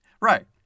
Right